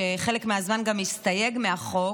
שחלק מהזמן גם הסתייג מהחוק,